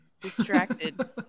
Distracted